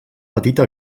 petita